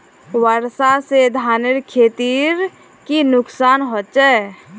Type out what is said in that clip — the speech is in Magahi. वर्षा से धानेर खेतीर की नुकसान होचे?